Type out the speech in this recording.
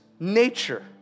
Nature